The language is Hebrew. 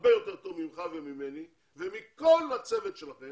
הרבה יותר טוב ממך וממני ומכל הצוות שלכם